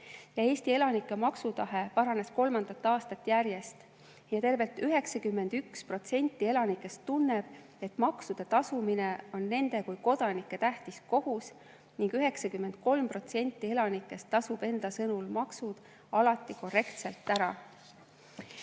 Eesti elanike maksutahe paranes kolmandat aastat järjest. Tervelt 91% elanikest tunneb, et maksude tasumine on nende kui kodanike tähtis kohus, ning 93% elanikest tasub enda sõnul maksud alati korrektselt ära.